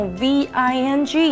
ving